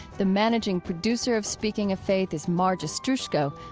the managing producer of speaking of faith is marge ostroushko.